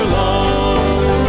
love